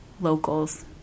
locals